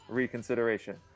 reconsideration